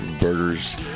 burgers